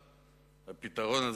הפתרון,